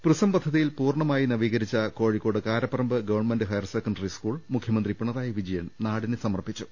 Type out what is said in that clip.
prism പദ്ധതിയിൽ പൂർണമായും നവീകരിച്ച Kozhikode Karaparamba government higher secondary school മുഖ്യമന്ത്രി പിണ റായി വിജയൻ നാടിന് സമർപ്പിച്ചു